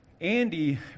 Andy